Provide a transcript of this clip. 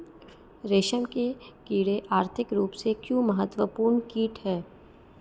रेशम के कीड़े आर्थिक रूप से क्यों महत्वपूर्ण कीट हैं?